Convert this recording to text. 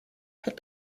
had